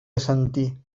assentir